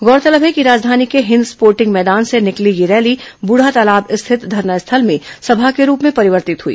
गौरतलब है कि राजधानी के हिन्द स्पोर्टिंग मैदान से निकली यह रैली ब्रढ़ातालाब स्थित धरना स्थल में सभा के रूप में परिवर्तित हुई